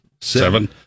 seven